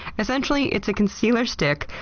essentially it's a concealer stick,